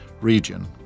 region